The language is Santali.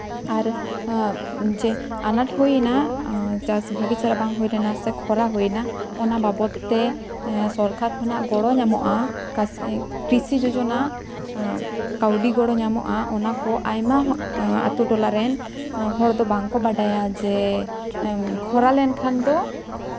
ᱟᱨ ᱡᱮ ᱟᱱᱟᱴ ᱦᱩᱭ ᱮᱱᱟ ᱪᱟᱥ ᱵᱷᱟᱹᱜᱤ ᱪᱮᱦᱨᱟ ᱵᱟᱝ ᱦᱩᱭ ᱞᱮᱱᱟ ᱥᱮ ᱠᱷᱚᱨᱟ ᱦᱩᱭ ᱮᱱᱟ ᱚᱱᱟ ᱵᱟᱵᱚᱫ ᱛᱮ ᱥᱚᱨᱠᱟᱨ ᱠᱷᱚᱱᱟᱜ ᱜᱚᱲᱚ ᱧᱟᱢᱚᱜᱼᱟ ᱠᱨᱤᱥᱤ ᱡᱳᱡᱚᱱᱟ ᱠᱟᱹᱣᱰᱤ ᱜᱚᱲᱚ ᱧᱟᱢᱚᱜᱼᱟ ᱚᱱᱟ ᱠᱚ ᱟᱭᱢᱟ ᱟᱹᱛᱩ ᱴᱚᱞᱟᱨᱮ ᱦᱚᱲᱠᱚ ᱵᱟᱝᱠᱚ ᱵᱟᱲᱟᱭᱟ ᱡᱮ ᱠᱷᱚᱨᱟ ᱞᱮᱱᱠᱷᱟᱱ ᱫᱚ